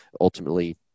ultimately